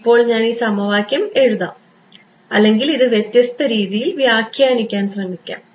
ഇപ്പോൾ ഞാൻ ഈ സമവാക്യം എഴുതാം അല്ലെങ്കിൽ ഇത് വ്യത്യസ്ത രീതിയിൽ വ്യാഖ്യാനിക്കാൻ ശ്രമിക്കാം